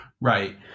Right